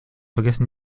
vergessen